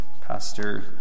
Pastor